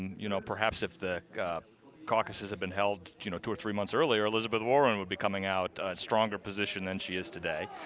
you know perhaps if the caucuses had been held you know two or three months earlier, elizabeth warren would be coming out stronger than she is today.